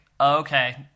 okay